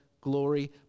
glory